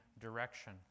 direction